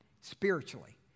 spiritually